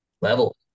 level